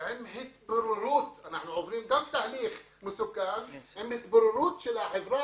ועם התפוררות - אנחנו עוברים גם תהליך מסוכן של החברה